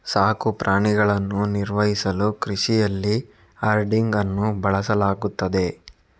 ಸಾಕು ಪ್ರಾಣಿಗಳನ್ನು ನಿರ್ವಹಿಸಲು ಕೃಷಿಯಲ್ಲಿ ಹರ್ಡಿಂಗ್ ಅನ್ನು ಬಳಸಲಾಗುತ್ತದೆ